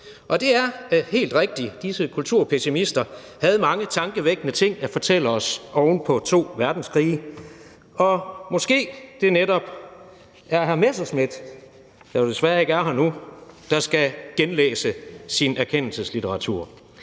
Og det er helt rigtigt, disse kulturpessimister havde mange tankevækkende ting at fortælle os oven på to verdenskrige. Måske er det netop hr. Morten Messerschmidt, der desværre ikke er her nu, der skal genlæse sin erkendelseslitteratur.